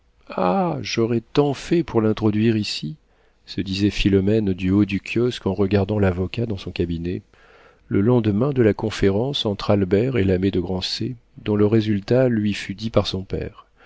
j'aurai tant fait pour l'introduire ici se disait philomène du haut du kiosque en regardant l'avocat dans son cabinet le lendemain de la conférence entre albert et l'abbé de grancey dont le résultat lui fut dit par son père